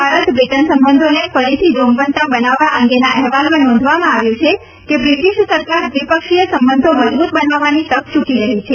Bharat Britain સંબંધોને ફરીથી જામવંતા બનાવવા અંગેના અહેવાલમાં નોંધવામાં આવ્યું છે કે બ્રિટિશ સરકાર દ્વિપક્ષીય સંબંધો મજબૂત બનાવવાની તક યૂકી રહી છે